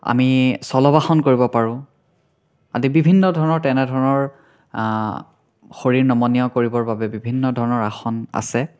আমি চলবাসন কৰিব পাৰোঁ আদি বিভিন্ন ধৰণৰ তেনে ধৰণৰ শৰীৰ নমনীয় কৰিবৰ বাবে বিভিন্ন ধৰণৰ আসন আছে